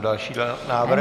Další návrh?